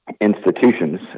institutions